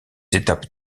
étapes